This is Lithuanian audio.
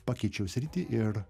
pakeičiau sritį ir